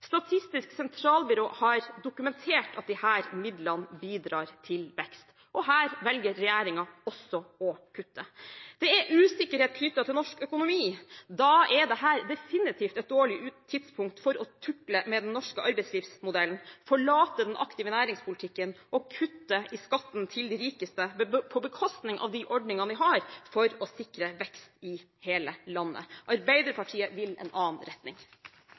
Statistisk sentralbyrå har dokumentert at disse midlene bidrar til vekst. Her velger regjeringen også å kutte. Det er usikkerhet knyttet til norsk økonomi, og da er dette definitivt et dårlig tidspunkt for å tukle med den norske arbeidslivsmodellen, forlate den aktive næringspolitikken og kutte i skatten til de rikeste, på bekostning av de ordningene vi har for å sikre vekst i hele landet. Arbeiderpartiet vil gå i en annen retning.